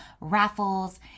raffles